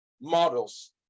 models